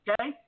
okay